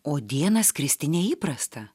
o dieną skristi neįprasta